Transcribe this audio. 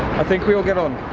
i think we all get on.